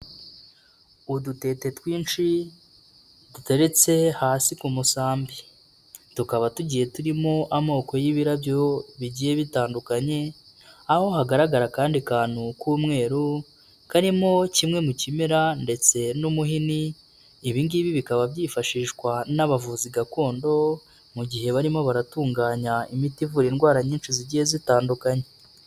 Udutete twinshi duteretse hasi ku musambi, tukaba tugiye turimo amoko y'ibirabyo bigiye bitandukanye, aho hagaragara akandi kantu k'umweru, karimo kimwe mu kimera ndetse n'umuhini, ibi ngibi bikaba byifashishwa n'abavuzi gakondo, mu gihe barimo baratunganya imiti ivura indwara nyinshi zigiye zitandukanye.